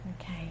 Okay